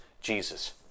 Jesus